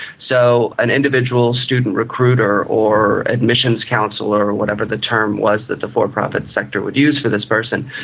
so an individual student recruiter or admissions counsellor or whatever the term was that the for-profit sector would use for this person,